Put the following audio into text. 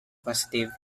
positive